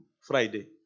Friday